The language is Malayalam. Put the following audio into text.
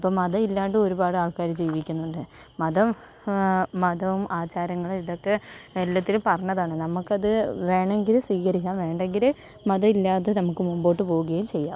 ഇപ്പം മതം ഇല്ലാണ്ട് ഒരുപാട് ആൾക്കാർ ജീവിക്കുന്നുണ്ട് മതം മതവും ആചാരങ്ങൾ ഇതൊക്കെ എല്ലാത്തിലും പറഞ്ഞതാണ് നമ്മൾക്കത് വേണമെങ്കിൽ സ്വീകരിക്കാം വേണ്ടെങ്കിൽ മതമില്ലാതെ നമുക്ക് മുമ്പോട്ട് പോവുകയും ചെയ്യാം